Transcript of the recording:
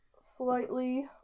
slightly